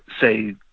say